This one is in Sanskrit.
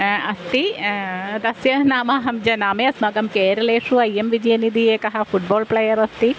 अस्ति तस्य नाम अहं जानामि अस्माकं केरलेषु ऐ एम् विजयन्निति एकः फ़ुट् बाल् प्लेयर् अस्ति